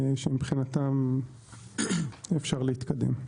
שמבחינתם אפשר להתקדם.